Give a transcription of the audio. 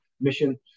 Mission